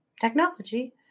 Technology